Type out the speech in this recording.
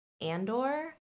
Andor